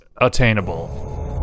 attainable